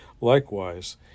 Likewise